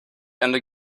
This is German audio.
ende